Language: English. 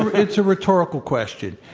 it's a rhetorical question.